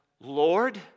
Lord